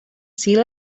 sea